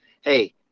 Hey